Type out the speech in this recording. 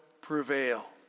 prevail